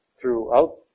throughout